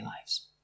lives